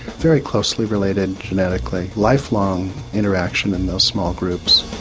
very closely related genetically, lifelong interaction in those small groups.